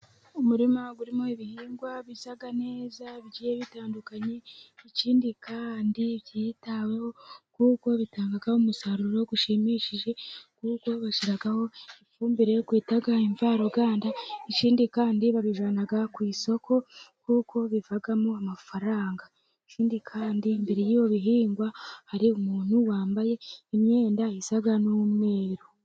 Umurima urimo ibihingwa bisa neza, bigiye bitandukanye ikindi kandi byitaweho, kuko bitanga umusaruro ushimishije ahubwo babishyiraho ifumbire iyo twita imvaruganda ikindi kandi babijyana ku isoko kuko bivamo amafaranga, ikindi kandi mbere y'ibyo bihingwa, hari umuntu wambaye imyenda isa n'umweru.